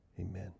Amen